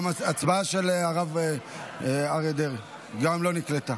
גם ההצבעה של הרב אריה דרעי לא נקלטה.